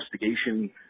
investigation